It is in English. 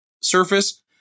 surface